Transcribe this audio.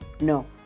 no